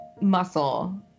muscle